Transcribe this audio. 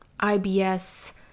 IBS